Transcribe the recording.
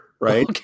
right